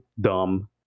dumb